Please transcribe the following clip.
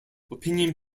opinion